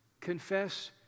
confess